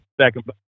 second